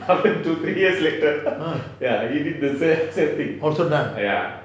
ah also done